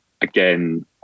again